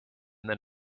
than